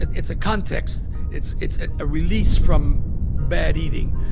it's a context. it's it's ah a release from bad eating.